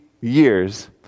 years